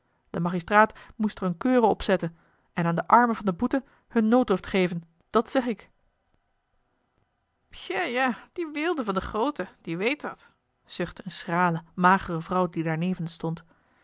de magistraat moest er eene keure op zetten en aan de armen van de boeten hun nooddruft geven dat zeg ik ja ja die weelde van de grooten die weet wat zuchtte een schrale magere vrouw die daarnevens stond